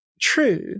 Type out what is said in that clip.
true